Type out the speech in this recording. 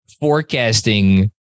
forecasting